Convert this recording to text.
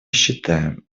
считаем